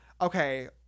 okay